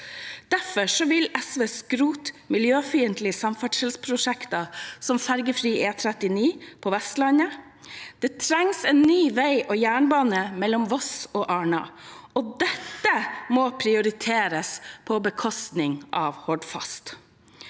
Derfor vil SV skrote miljøfiendtlige samferdselsprosjekter, som ferjefri E39 på Vestlandet. Det trengs ny vei og jernbane mellom Voss og Arna, og dette må prioriteres på bekostning av Hordfast.